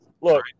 look –